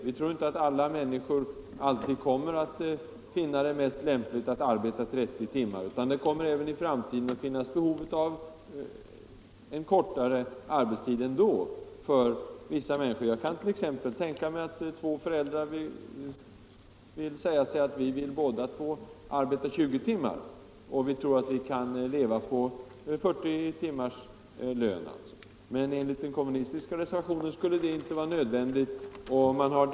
Vi tror inte att alla människor alltid kommer att finna det mest lämpligt att arbeta 30 timmar. Det kommer även i framtiden att finnas behov av en ännu kortare arbetstid för vissa människor. Jag kan t.ex. tänka mig att två föräldrar båda kan — Nr 44 vilja arbeta 20 timmar i veckan, och då väljer att leva på 40 timmars Fredagen den lön. Men enligt den kommunistiska reservationen skulle det inte vara 21 mars 1975 nödvändigt.